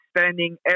spending